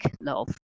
love